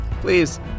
please